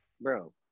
bro